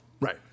Right